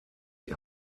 die